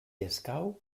escau